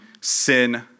sin